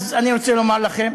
אז אני רוצה לומר לכם: